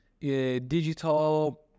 digital